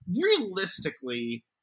realistically